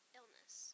illness